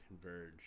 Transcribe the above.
converge